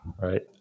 right